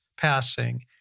passing